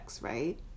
right